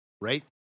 right